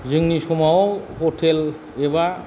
जोंनि समाव हटेल एबा